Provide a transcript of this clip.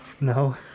No